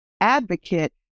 advocate